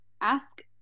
ask